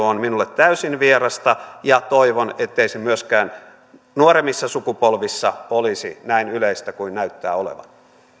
on minulle täysin vierasta ja toivon ettei se myöskään nuoremmissa sukupolvissa olisi näin yleistä kuin näyttää olevan